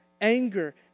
anger